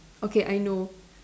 okay I know